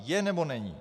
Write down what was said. Je, nebo není?